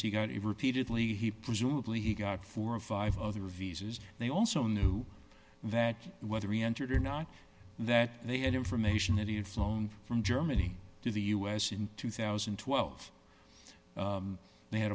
he got it repeatedly he presumably he got four or five other visas they also knew that whether he entered or not that they had information that he had flown from germany to the us in two thousand and twelve they had